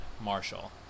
Marshall